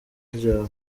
ryawo